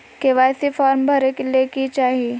KYC form भरे ले कि चाही?